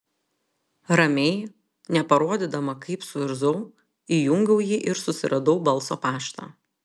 ramiai neparodydama kaip suirzau įjungiau jį ir susiradau balso paštą